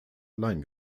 allein